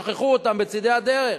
שכחו בצדי הדרך.